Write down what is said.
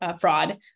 fraud